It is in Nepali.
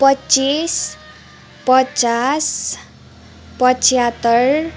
पच्चिस पचास पचहत्तर